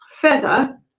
feather